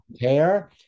hair